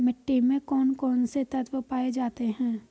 मिट्टी में कौन कौन से तत्व पाए जाते हैं?